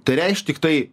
tai reikš tiktai